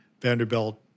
Vanderbilt